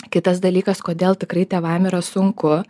kitas dalykas kodėl tikrai tėvam yra sunku